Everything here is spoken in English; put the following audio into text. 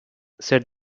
said